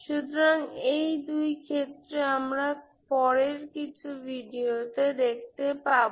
সুতরাং এই দুই ক্ষেত্র আমরা পরের কিছু ভিডিওতে দেখতে পাবো